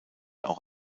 auch